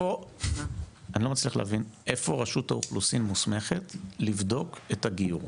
אני לא מצליח להבין איפה רשות האוכלוסין מוסמכת לבדוק את הגיור?